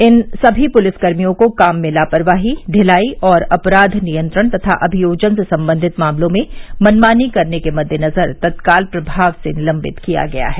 इन समी पुलिसकर्मियों को काम में लापरवाही ढिलाई और अपराध नियंत्रण तथा अभियोजन से सम्बंधित मामलों में मनमानी करने के मद्देनज़र तत्काल प्रभाव से निलम्बित किया गया है